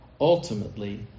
ultimately